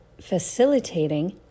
facilitating